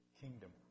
kingdom